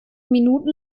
minuten